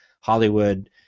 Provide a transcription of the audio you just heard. Hollywood